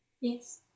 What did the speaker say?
Yes